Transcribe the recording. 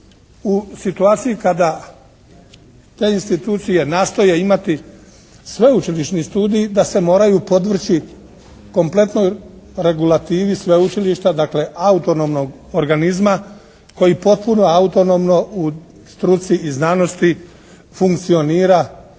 u situaciji kada te institucije nastoje imati sveučilišni studij, da se moraju podvrći kompletnoj regulativi sveučilišta dakle, autonomnog organizma koji potpuno autonomno u struci i znanosti funkcionira u svim